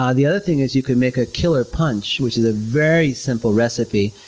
ah the other thing is, you could make a killer punch, which is a very simple recipe.